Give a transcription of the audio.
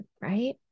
right